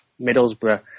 Middlesbrough